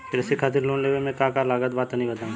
कृषि खातिर लोन लेवे मे का का लागत बा तनि बताईं?